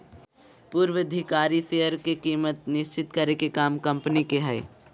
पूर्वधिकारी शेयर के कीमत निश्चित करे के काम कम्पनी के हय